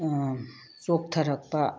ꯆꯣꯛꯊꯔꯛꯄ